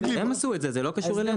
הם עשו את זה, זה לא קשור אלינו.